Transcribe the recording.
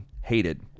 hated